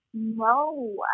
No